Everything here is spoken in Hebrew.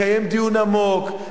לקיים דיון עמוק,